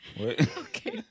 Okay